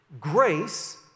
Grace